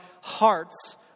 hearts